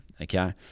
okay